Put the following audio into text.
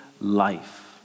life